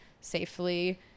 safely